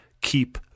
keep